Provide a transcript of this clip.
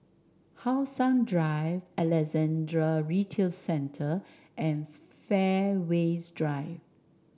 How Sun Drive Alexandra Retail Centre and Fairways Drive